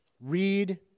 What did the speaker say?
read